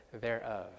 thereof